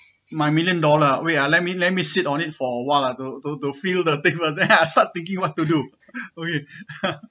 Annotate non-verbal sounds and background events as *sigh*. my million dollar ah wait ah let me let me sit on it for awhile lah to to to feel the thing first *laughs* then I start thinking what to do *breath* okay *laughs*